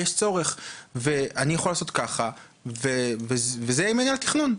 יש צורך" ואני יכול לעשות ככה וזה יהיה מנהל התכנון.